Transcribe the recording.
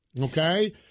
okay